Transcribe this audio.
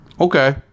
Okay